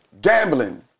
gambling